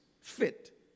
fit